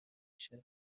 میشه